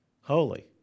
holy